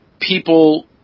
people